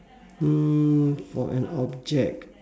mm for an object